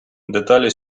деталі